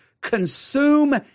consume